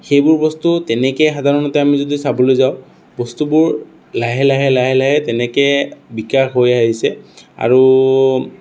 সেইবোৰ বস্তু তেনেকৈ সাধাৰণতে আমি যদি চাবলৈ যাওঁ বস্তুবোৰ লাহে লাহে লাহে লাহে তেনেকৈ বিকাশ হৈ আহিছে আৰু